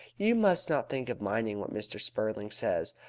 you must not think of minding what mr. spurling says.